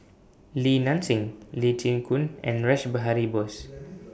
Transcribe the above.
Li Nanxing Lee Chin Koon and Rash Behari Bose